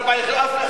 ארבע יחידות,